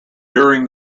during